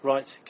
Right